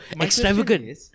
extravagant